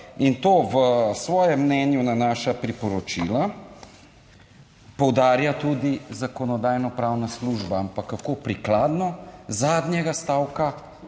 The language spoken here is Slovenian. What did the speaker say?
in to v svojem mnenju na naša priporočila. Poudarja tudi Zakonodajno-pravna služba. Ampak kako prikladno, zadnjega stavka